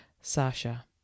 sasha